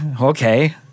okay